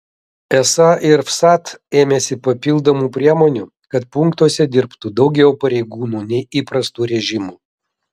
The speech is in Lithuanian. esą ir vsat ėmėsi papildomų priemonių kad punktuose dirbtų daugiau pareigūnų nei įprastu režimu